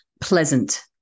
pleasant